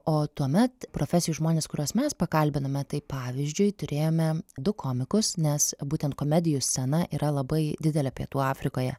o tuomet profesijų žmonės kuriuos mes pakalbinome tai pavyzdžiui turėjome du komikus nes būtent komedijų scena yra labai didelė pietų afrikoje